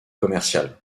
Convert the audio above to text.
commercial